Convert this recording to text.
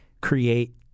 create